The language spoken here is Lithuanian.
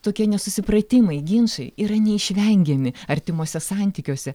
tokie nesusipratimai ginčai yra neišvengiami artimuose santykiuose